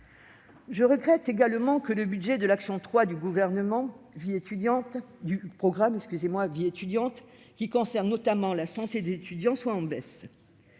Je regrette également que le budget de l'action n° 03 du programme 231, « Vie étudiante », qui concerne notamment la santé des étudiants, soit en baisse,